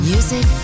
Music